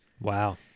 Wow